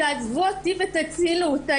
תעזבו אותי ותצילו אותה.